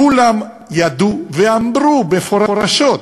כולם ידעו ואמרו מפורשות,